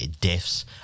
deaths